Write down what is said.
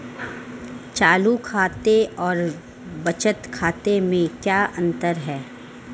चालू खाते और बचत खाते में क्या अंतर है?